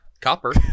copper